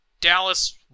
Dallas